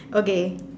okay